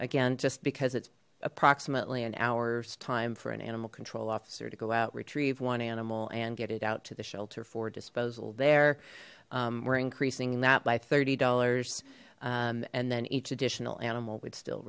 again just because it's approximately an hour's time for an animal control officer to go out retrieve one animal and get it out to the shelter for disposal there we're increasing that by thirty dollars and then each additional animal would still